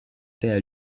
paient